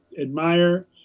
admire